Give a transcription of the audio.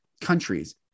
countries